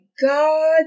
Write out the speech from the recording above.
God